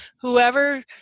whoever